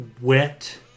Wet